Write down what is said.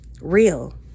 real